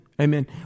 Amen